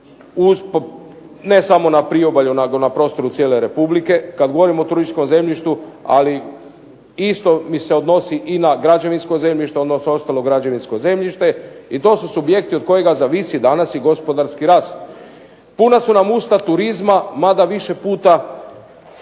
ne samo na priobalju nego na prostoru cijele Republike kad govorimo o turističkom zemljištu, ali isto mi se odnosi i na građevinsko zemljište, odnosno ostalo građevinsko zemljište i to su subjekti od kojega zavisi danas i gospodarski rast. Puna su nam usta turizma, mada više puta